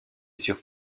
sur